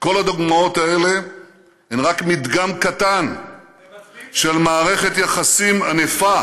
כל הדוגמאות האלה הן רק מדגם קטן של מערכת יחסים ענפה,